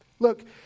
Look